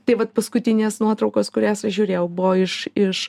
tai vat paskutinės nuotraukos kurias aš žiūrėjau buvo iš iš